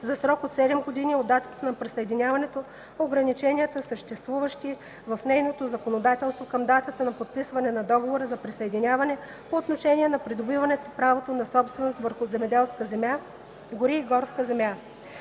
за срок от 7 години от датата на присъединяване, ограниченията, съществуващи в нейното законодателство към датата на подписване на Договора за присъединяване, по отношение на придобиването на право на собственост върху земеделска земя, гори и горска земя”.